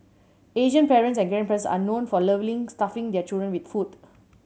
Asian parents and grandparents are known for lovingly stuffing their children with food